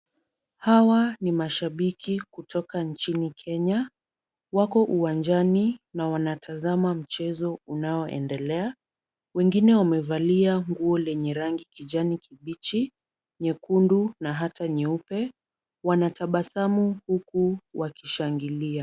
Hawa ni mashabiki kutoka nchini Kenya. Wako uwanjani na wanatazama mchezo unaoendelea. Wengine wamevalia nguo lenye rangi kijani kibichi, nyekundu na hata nyeupe. Wanatabasamu huku wakishangilia.